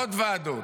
ולעוד ועדות,